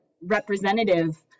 representative